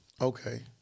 Okay